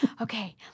okay